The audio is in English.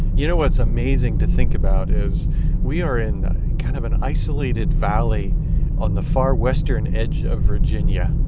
you know, what's amazing to think about is we are in kind of an isolated valley on the far western edge of virginia,